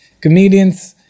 comedians